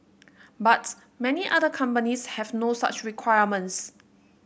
but many other companies have no such requirements